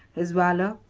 his valor,